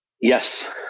Yes